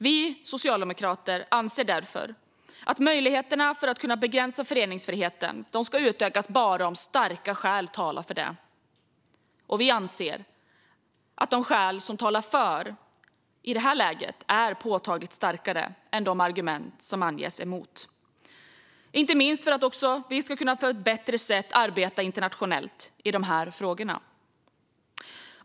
Vi socialdemokrater anser därför att möjligheterna att begränsa föreningsfriheten ska utökas bara om starka skäl talar för det. Vi anser att de skäl som talar för i det här läget är påtagligt starkare än de argument som anges emot, inte minst för att vi på ett bättre sätt ska kunna arbeta internationellt i frågorna.